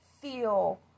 feel